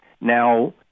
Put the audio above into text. Now